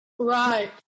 Right